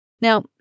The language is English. Now